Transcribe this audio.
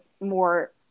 more